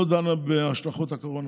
היא לא דנה בהשלכות הקורונה,